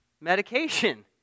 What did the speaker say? Medication